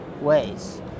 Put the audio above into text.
ways